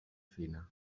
fina